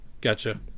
gotcha